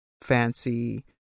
fancy